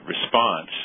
response